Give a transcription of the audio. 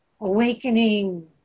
awakening